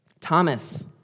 Thomas